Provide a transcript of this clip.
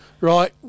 right